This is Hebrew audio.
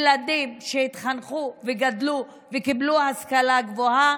ילדים שהתחנכו וגדלו וקיבלו השכלה גבוהה,